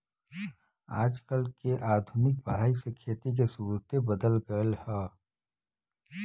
आजकल के आधुनिक पढ़ाई से खेती के सुउरते बदल गएल ह